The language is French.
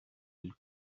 elle